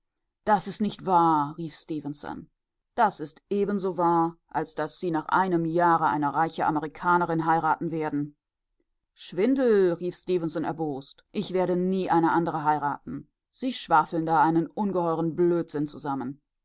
das ist nicht wahr rief stefenson das ist ebenso wahr als daß sie nach einem jahre eine reiche amerikanerin heiraten werden schwindel rief stefenson erbost ich werde nie eine andere heiraten sie schwafeln da einen ungeheuren blödsinn zusammen